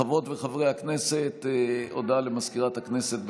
חברות וחברי הכנסת, הודעה למזכירת הכנסת.